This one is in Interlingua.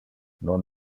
non